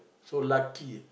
so lucky